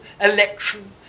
election